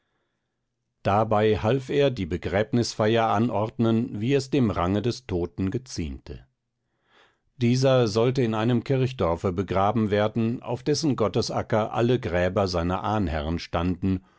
dabei half er die begräbnisfeier anordnen wie es dem range des toten geziemte dieser sollte in einem kirchdorfe begraben werden auf dessen gottesacker alle gräber seiner ahnherrn standen